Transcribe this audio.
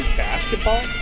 basketball